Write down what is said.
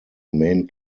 main